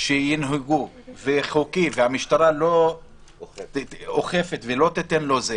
שינהגו ויהיה חוקי והמשטרה לא אוכפת ולא תיתן לו...